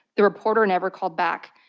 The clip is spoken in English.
the reporter never called back.